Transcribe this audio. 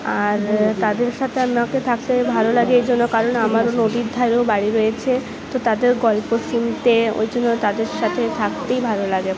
আর তাদের সাথে আমাকে থাকতে ভালো লাগে এই জন্য কারণ আমারও নদীর ধারেও বাড়ি রয়েছে তো তাদের গল্প শুনতে ওই জন্য তাদের সাথে থাকতেই ভালো লাগে